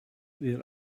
there